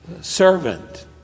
servant